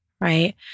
right